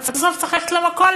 אבל בסוף צריך ללכת למכולת,